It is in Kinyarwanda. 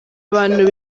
abantu